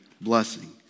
blessing